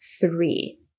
three